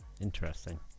interesting